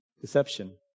deception